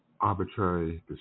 arbitrary